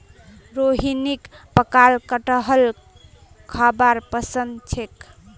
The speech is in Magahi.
रोहिणीक पकाल कठहल खाबार पसंद छेक